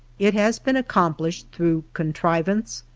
it has been accomplished through contrivance,